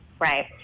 right